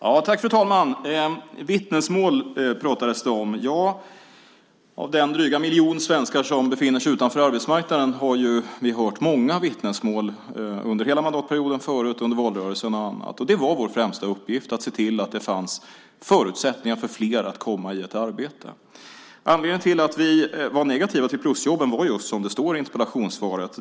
Fru talman! Det talades om vittnesmål. Från den dryga miljon svenskar som befinner sig utanför arbetsmarknaden har vi hört många vittnesmål under hela den tidigare mandatperioden och under valrörelsen. Det var vår främsta uppgift att se till att det fanns förutsättningar för fler att komma i ett arbete. Anledningen till att vi var negativa till plusjobben var just det som står i interpellationssvaret.